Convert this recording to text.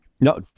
No